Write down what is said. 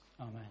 Amen